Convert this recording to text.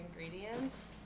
ingredients